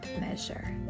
measure